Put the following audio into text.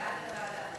מה זה בעד?